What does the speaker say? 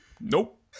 Nope